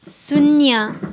शून्य